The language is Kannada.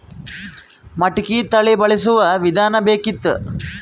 ಮಟಕಿ ತಳಿ ಬಳಸುವ ವಿಧಾನ ಬೇಕಿತ್ತು?